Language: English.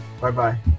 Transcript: Bye-bye